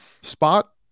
spot